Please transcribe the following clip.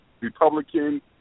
Republican